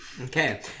Okay